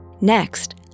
Next